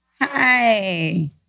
Hi